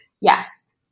Yes